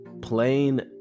plain